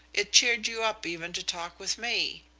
it cheered you up even to talk with me.